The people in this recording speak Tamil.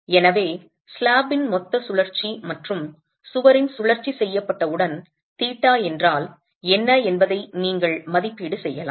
எனவே ஸ்லாப்பின் மொத்த சுழற்சி மற்றும் சுவரின் சுழற்சி செய்யப்பட்டவுடன் தீட்டா என்றால் என்ன என்பதை நீங்கள் மதிப்பீடு செய்யலாம்